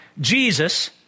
Jesus